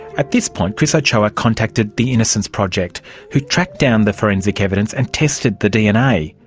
at this point chris ochoa contacted the innocence project who tracked down the forensic evidence and tested the dna,